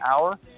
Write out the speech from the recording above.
hour